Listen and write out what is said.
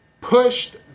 pushed